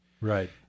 Right